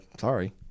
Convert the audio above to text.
sorry